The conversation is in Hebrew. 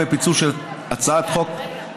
אז בוא קודם תצביע,